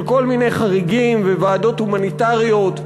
של כל מיני חריגים וועדות הומניטריות,